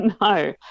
No